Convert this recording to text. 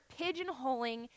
pigeonholing